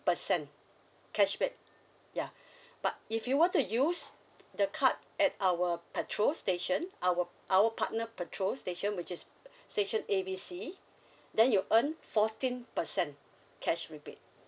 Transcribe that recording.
percent cashback ya but if you were to use the card at our petrol station our our partner petrol station which is station A B C then you earn fourteen percent cash rebate